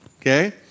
okay